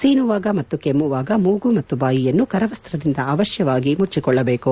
ಸೀನುವಾಗ ಮತ್ತು ಕೆಮ್ಲುವಾಗ ಮೂಗು ಮತ್ತು ಬಾಯಿಯನ್ನು ಕರವಸ್ತದಿಂದ ಅವಶ್ಯವಾಗಿ ಮುಚ್ಚಿಕೊಳ್ಳಬೇಕು